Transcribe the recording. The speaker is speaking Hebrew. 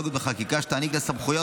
בטכנולוגיות ובחקיקה שתעניק לה סמכויות